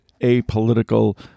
apolitical